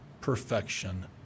perfection